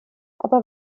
aber